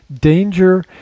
danger